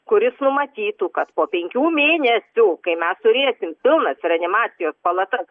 kuris numatytų kad po penkių mėnesių kai mes turėsim pilnas reanimacijos palatas